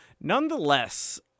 Nonetheless